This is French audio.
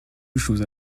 choses